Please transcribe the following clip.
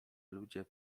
ludzie